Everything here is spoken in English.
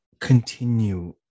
continue